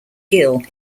gill